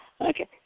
Okay